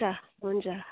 हुन्छ हुन्छ